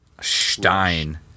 Stein